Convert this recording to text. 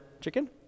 chicken